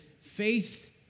faith